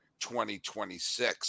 2026